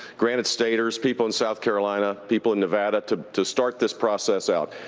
granite staters, people in south carolina, people in nevada, to to start this process out.